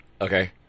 Okay